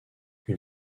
une